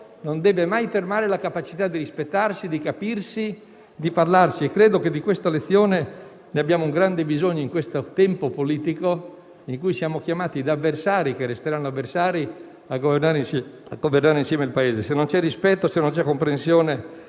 non deve mai fermare la capacità di rispettarsi, di capirsi, di parlarsi. Credo che di questa lezione abbiamo un grande bisogno nell'attuale momento politico in cui siamo chiamati, da avversari che resteranno avversari, a governare insieme il Paese. Se non ci sono rispetto, comprensione,